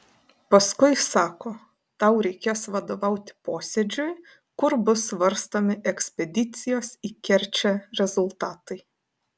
paskui sako tau reikės vadovauti posėdžiui kur bus svarstomi ekspedicijos į kerčę rezultatai